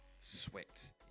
Sweat